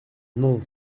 non